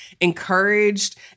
encouraged